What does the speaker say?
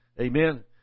Amen